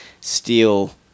steal